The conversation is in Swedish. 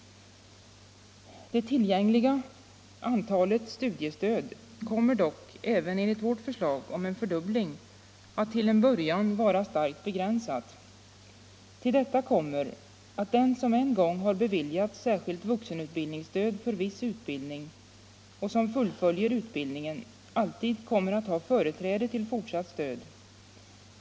Det tillgängliga antalet studiestöd kommer dock enligt vårt förslag om en fördubbling att till en början vara starkt begränsat. Till detta kom mer att den som en gång har beviljats särskilt vuxenutbildningsstöd för . viss utbildning och som fullföljer utbildningen alltid kommer att ha företräde till fortsatt stöd.